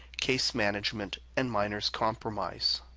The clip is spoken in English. case management, and minors' compromise.